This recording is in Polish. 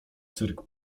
cyrk